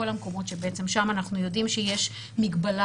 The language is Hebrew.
כל המקומות בהם אנחנו יודעים שיש מגבלה